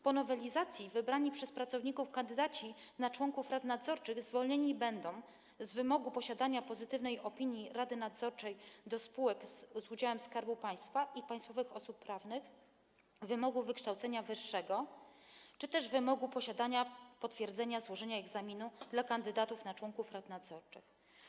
Po nowelizacji wybrani przez pracowników kandydaci na członków rad nadzorczych będą zwolnieni z konieczności spełnienia wymogu posiadania pozytywnej opinii Rady do spraw spółek z udziałem Skarbu Państwa i państwowych osób prawnych, wymogu posiadania wykształcenia wyższego czy też wymogu posiadania potwierdzenia złożenia egzaminu dla kandydatów na członków rad nadzorczych.